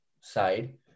side